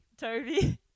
Toby